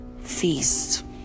feast